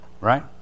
Right